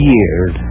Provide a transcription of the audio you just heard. Years